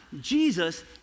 Jesus